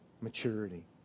maturity